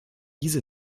diese